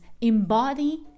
embody